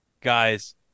guys